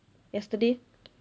yesterday